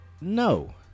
no